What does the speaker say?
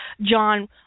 John